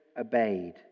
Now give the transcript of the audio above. obeyed